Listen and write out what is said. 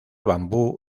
bambú